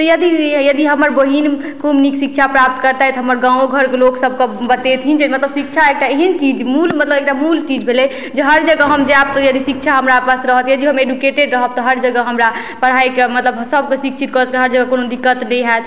तऽ यदि यदि हमर बहीन खूब नीक शिक्षा प्राप्त करतथि हमर गाँवओ घरके लोकसबके बतेथिन जे मतलब शिक्षा एकटा एहन चीज मूल मतलब एकटा मूल चीज भेलय जे हर जगह हम जायब तऽ यदि शिक्षा हमरा पास रहत यदि हम एडुकेटेड रहब तऽ हर जगह हमरा पढ़ाइके मतलब सबके शिक्षित कऽके हर जगह कोनो दिक्कत नहि हैत